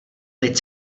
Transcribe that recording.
teď